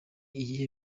iyihe